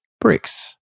bricks